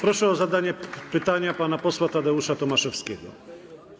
Proszę o zadanie pytania pan posła Tadeusza Tomaszewskiego.